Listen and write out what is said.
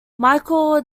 michael